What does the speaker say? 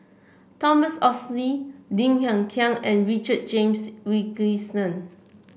Thomas Oxley Lim Hng Kiang and Richard James Wilkinson